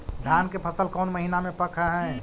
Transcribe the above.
धान के फसल कौन महिना मे पक हैं?